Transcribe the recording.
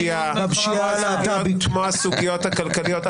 כמו הסוגיות הכלכליות?